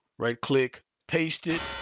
right-click, paste it.